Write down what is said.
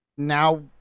now